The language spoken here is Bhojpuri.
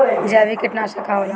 जैविक कीटनाशक का होला?